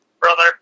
brother